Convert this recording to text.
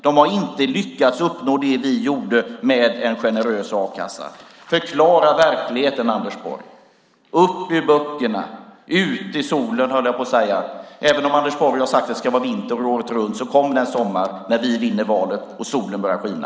De har inte lyckats uppnå det vi uppnådde med en generös a-kassa. Förklara verkligheten, Anders Borg! Lyft näsan från böckerna! Gå ut i solen! Även om Anders Borg har sagt att det ska vara vinter året om kommer det en sommar när vi vinner valet och solen börjar skina.